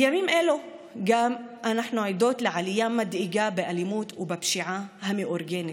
בימים אלו אנחנו עדות גם לעלייה מדאיגה באלימות ובפשיעה המאורגנת.